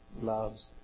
loves